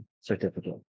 certificate